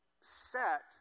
set